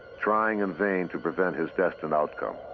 trying in vain to prevent his destined outcome.